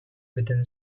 within